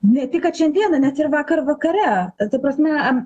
ne tik kad šiandieną net ir vakar vakare ta prasme